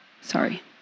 Sorry